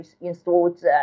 installed